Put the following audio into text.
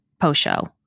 post-show